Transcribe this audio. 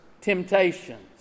temptations